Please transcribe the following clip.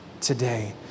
today